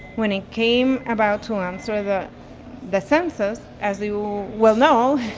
when it came about to answer the the census, as you well know,